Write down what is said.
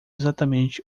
exatamente